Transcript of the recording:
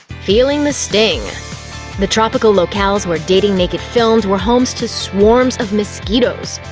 feeling the sting the tropical locales where dating naked filmed were home to swarms of mosquitoes.